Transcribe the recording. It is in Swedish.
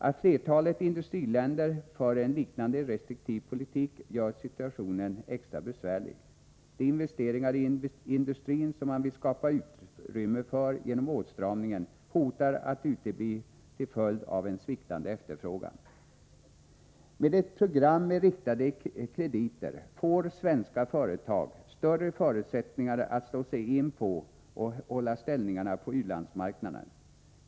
Att flertalet industriländer för en liknande restriktiv politik gör situationen extra besvärlig. De investeringar i industrin som man vill skapa utrymme för genom åtstramningar hotar att utebli till följd av en sviktande efterfrågan. Med ett program med riktade krediter kan svenska företag få större förutsättningar att slå sig in på och hålla ställningarna på u-landsmarknaderna.